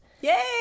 Yay